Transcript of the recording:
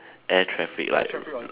air traffic light